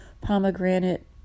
pomegranate